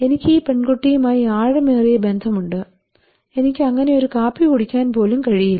എനിക്ക് ഈ പെൺകുട്ടിയുമായി ആഴമേറിയ ബന്ധമുണ്ട് എനിക്ക് അങ്ങനെ ഒരു കാപ്പി കുടിക്കാൻ പോലും കഴിയില്ല